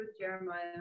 Jeremiah